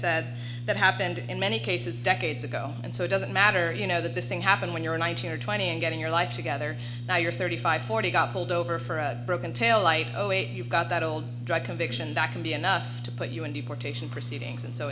said that happened in many cases decades ago and so it doesn't matter you know that this thing happened when you're nineteen or twenty and getting your life together now you're thirty five forty got pulled over for a broken taillight oh wait you've got that old drug conviction that can be enough to put you in deportation proceedings and so